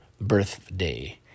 birthday